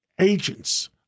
agents